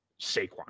Saquon